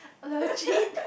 legit